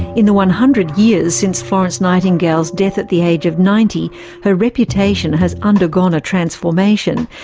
in the one hundred years since florence nightingale's death at the age of ninety her reputation has undergone a transformation,